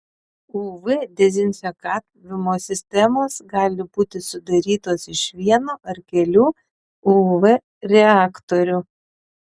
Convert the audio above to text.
uv dezinfekavimo sistemos gali būti sudarytos iš vieno ar kelių uv reaktorių